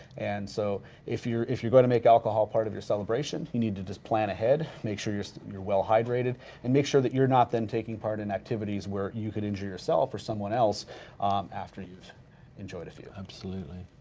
and so if you're if you're going to make alcohol part of your celebration, you need to just plan ahead, make sure you're you're well hydrated and make sure that you're not then taking part in activities where you could injure yourself or someone else after you've enjoyed a few. absolutely.